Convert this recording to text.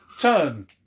turn